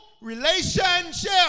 relationship